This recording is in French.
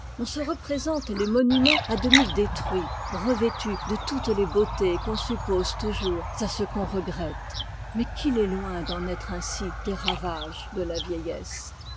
on se représente les monuments à demi détruits revêtus de toutes les beautés qu'on suppose toujours à ce qu'on regrette mais qu'il est loin d'en être ainsi des ravages de la vieillesse